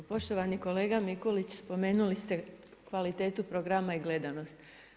Pa poštovani kolega Mikulić, spomenuli ste kvalitetu programa i gledanost.